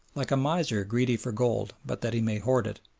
like a miser greedy for gold but that he may hoard it,